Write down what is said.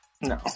No